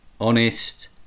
honest